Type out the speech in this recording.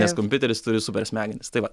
nes kompiuteris turi super smegenis tai va